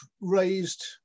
raised